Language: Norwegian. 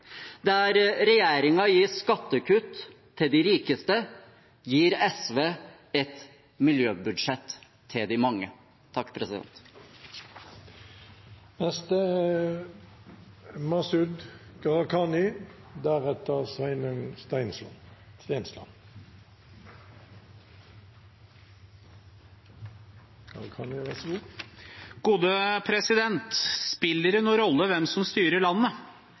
Der regjeringen gir skattekutt til de rikeste, gir SV et miljøbudsjett til de mange. Spiller det noen rolle hvem som styrer landet?